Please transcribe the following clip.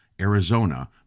Arizona